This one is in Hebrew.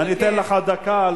אני אתן לך דקה.